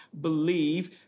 believe